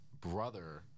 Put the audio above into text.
brother